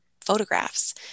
photographs